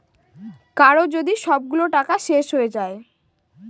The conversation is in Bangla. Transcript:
কারো যদি সবগুলো টাকা শেষ হয়ে যায়